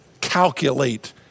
calculate